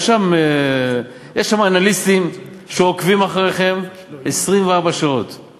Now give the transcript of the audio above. יש שם אנליסטים שעוקבים אחריכם 24 שעות ביממה.